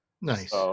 Nice